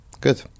Good